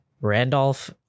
Randolph